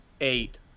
Eight